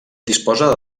disposa